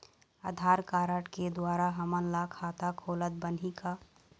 आधार card के द्वारा हमन ला खाता खोलत बनही का?